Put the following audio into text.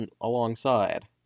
alongside